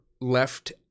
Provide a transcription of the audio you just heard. left